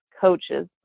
coaches